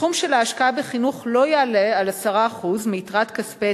הסכום של ההשקעה בחינוך לא יעלה על 10% מיתרת כספי